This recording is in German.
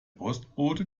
postbote